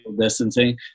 distancing